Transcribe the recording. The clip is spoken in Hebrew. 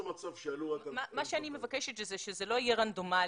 שיעלו רק- -- מה שאני מבקשת זה שזה לא יהיה רנדומלי.